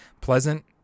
pleasant